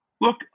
Look